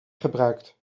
gebruikt